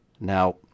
Now